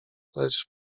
lecz